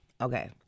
okay